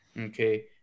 okay